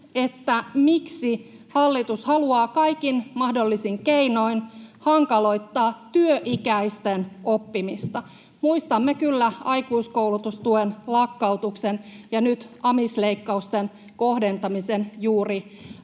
miksi hallitus haluaa kaikin mahdollisin keinoin hankaloittaa työikäisten oppimista. Muistamme kyllä aikuiskoulutustuen lakkautuksen, ja nyt amisleikkausten kohdentaminen juuri,